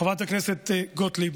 חברת הכנסת גוטליב,